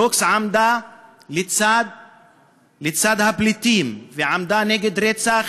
קוקס עמדה לצד הפליטים ונגד רצח